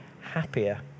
happier